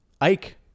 Ike